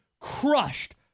crushed